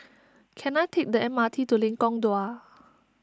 can I take the M R T to Lengkong Dua